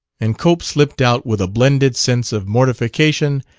and cope slipped out with a blended sense of mortification,